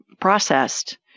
processed